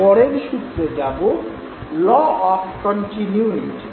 পরের সূত্রে যাব - ল অফ কন্টিন্যুইটি